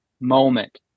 moment